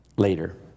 later